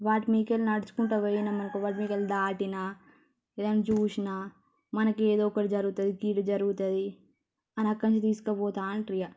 వాటి మీకెళ్ళి నడుచుకుంటా పోయినము అనుకో వాటిమికెల్లి దాటిన లేదంటే చూసినా మనకు ఏదో ఒకటి జరుగుతుంది కీడు జరుగుతుంది అనక్కడ్నుంచి తెసుకుపోతా అంటారు ఇక